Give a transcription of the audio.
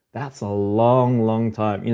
that's a long, long time.